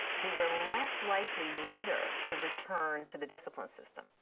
they were less likely later to return to the discipline system.